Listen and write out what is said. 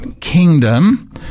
kingdom